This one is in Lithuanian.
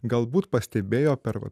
galbūt pastebėjo per